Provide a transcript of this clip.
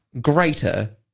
greater